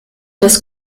des